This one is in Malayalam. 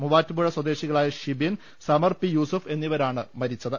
മുവ്വാറ്റുപുഴ സ്വദേശികളായ ഷിബിൻ സമർ പി യൂസഫ് എന്നിവരാണ് മരിച്ചത്